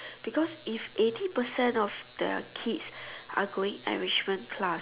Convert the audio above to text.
because if eighty percent of their kids are going enrichment class